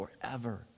forever